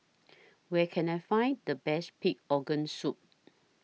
Where Can I Find The Best Pig Organ Soup